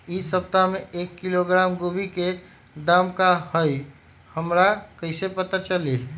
इ सप्ताह में एक किलोग्राम गोभी के दाम का हई हमरा कईसे पता चली?